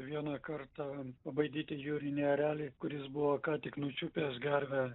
vieną kartą pabaidyti jūrinį erelį kuris buvo ką tik nučiupęs gervę